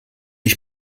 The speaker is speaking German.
ich